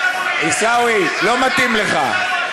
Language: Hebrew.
עיסאווי, לא מתאים לך.